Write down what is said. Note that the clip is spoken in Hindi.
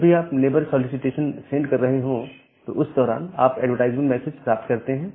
जब भी आप नेबर सॉलीसिटेशन सेंड कर रहे हैं तो उस दौरान आप एडवर्टाइजमेंट प्राप्त करते हैं